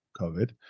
COVID